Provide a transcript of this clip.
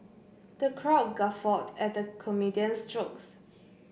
the crowd guffawed at the comedian's jokes